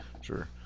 Sure